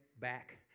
back